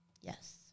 Yes